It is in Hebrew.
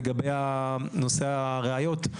לגבי נושא הראיות,